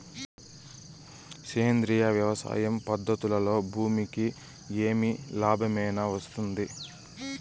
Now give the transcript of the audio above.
సేంద్రియ వ్యవసాయం పద్ధతులలో భూమికి ఏమి లాభమేనా వస్తుంది?